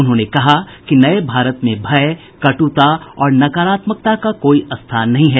उन्होंने कहा कि नये भारत में भय कट्रता और नकारात्मकता को कोई स्थान नहीं है